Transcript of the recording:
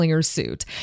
suit